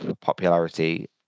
popularity